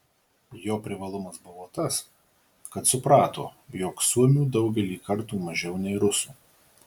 jo privalumas buvo tas kad suprato jog suomių daugelį kartų mažiau nei rusų